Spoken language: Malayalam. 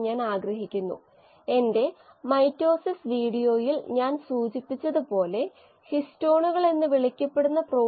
വേറിട്ട ഒരു ഉദാഹരണം എടുത്താൽ 50 മീറ്റർ വ്യാസമുള്ള ഒന്ന് നമുക്ക് സങ്കൽപ്പിക്കാൻ കഴിയാത്ത ഒന്ന് ആണെന്ന് അറിയാമോ